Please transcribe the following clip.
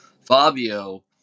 Fabio